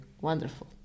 Wonderful